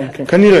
כן, כן, כנראה.